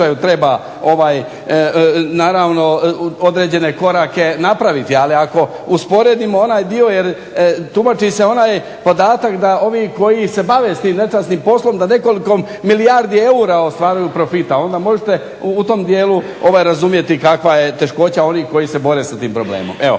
treba naravno određene korake napraviti, ali ako usporedimo onaj dio jer tumači se onaj podatak da ovi koji se bave s tim nečasnim poslom da nekoliko milijardi eura ostvaruju profita. Onda možete u tom dijelu razumjeti kakva je teškoća onih koji se bore sa tim problemom. Ali